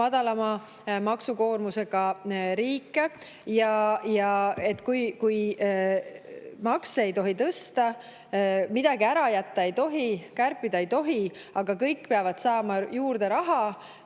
madalama maksukoormusega riike. Kui makse ei tohi tõsta, midagi ära jätta ei tohi, kärpida ei tohi, aga kõik peavad saama raha